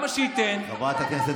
לי אין ניסיון